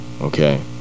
Okay